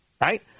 Right